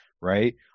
Right